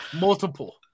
Multiple